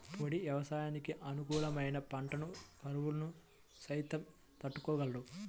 పొడి వ్యవసాయానికి అనుకూలమైన పంటలు కరువును సైతం తట్టుకోగలవు